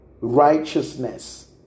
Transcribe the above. righteousness